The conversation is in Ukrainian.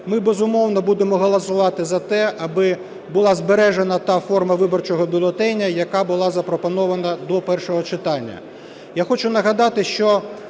Ми, безумовно, будемо голосувати за те, аби була збережена та форма виборчого бюлетеня, яка була запропонована до першого читання.